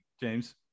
james